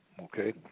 okay